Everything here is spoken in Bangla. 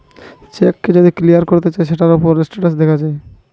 চেক কে যদি ক্লিয়ার করতে চায় সৌটার লিগে স্টেটাস দেখা যায়